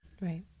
right